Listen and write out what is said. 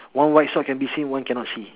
one white sock can be seen one can not see